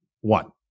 one